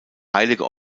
heilige